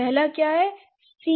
पहला क्या ha